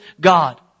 God